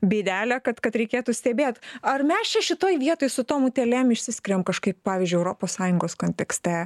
bėdelę kad kad reikėtų stebėt ar mes čia šitoj vietoj su tom utėlėm išsiskiriam kažkaip pavyzdžiui europos sąjungos kontekste